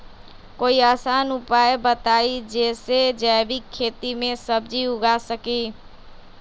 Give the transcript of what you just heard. कोई आसान उपाय बताइ जे से जैविक खेती में सब्जी उगा सकीं?